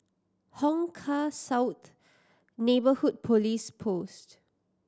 Hong Kah South Neighbourhood Police Post